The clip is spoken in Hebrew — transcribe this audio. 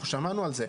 אנחנו שמרנו על זה.